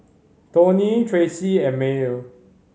Tony Tracy and Maye